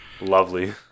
Lovely